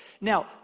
Now